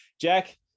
Jack